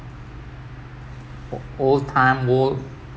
o~ old time old